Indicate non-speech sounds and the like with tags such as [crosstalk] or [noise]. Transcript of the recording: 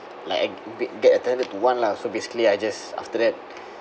like get attended to one lah so basically I just after that [breath]